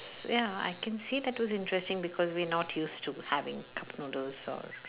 ya I can say that was interesting because we not used to having cup noodles